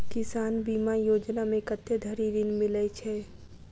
किसान बीमा योजना मे कत्ते धरि ऋण मिलय छै?